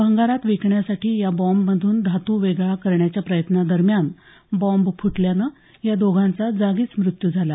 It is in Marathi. भंगारात विकण्यासाठी या बॉम्बमधून धातू वेगळा करण्याच्या प्रयत्नादरम्यान बाँब फुटल्यानं या दोघांचा जागीच मृत्यू झाला